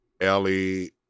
Ellie